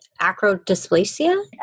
acrodysplasia